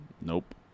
Nope